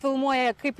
filmuoja kaip